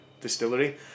distillery